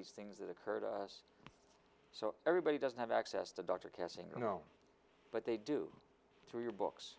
these things occur to us so everybody doesn't have access to doctor kessinger no but they do to your books